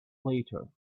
later